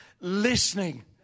listening